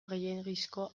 gehiegizko